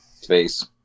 Space